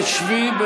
תשבי,